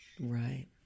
right